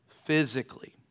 Physically